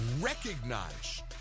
recognize